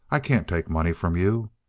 i can't take money from you.